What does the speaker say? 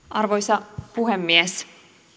arvoisa puhemies